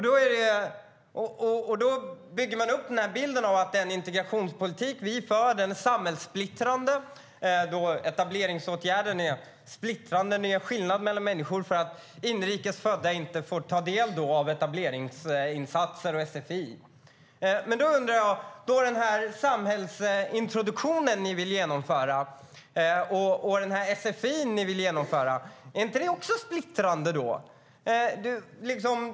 De bygger upp bilden av att den integrationspolitik som vi för är samhällssplittrande och att etableringsåtgärderna är splittrande och gör skillnad mellan människor för att inrikes födda inte får ta del av etableringsinsatser och sfi. Då har jag en fråga. Den samhällsintroduktion och sfi som ni vill genomföra, är inte det också splittrande?